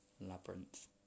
labyrinth